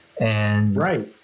Right